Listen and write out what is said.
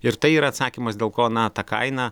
ir tai yra atsakymas dėl ko na ta kaina